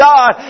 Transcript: God